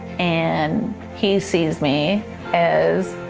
and he sees me as